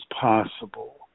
possible